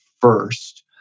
first